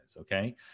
okay